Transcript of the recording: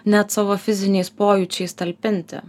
net savo fiziniais pojūčiais talpinti